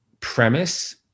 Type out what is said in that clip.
premise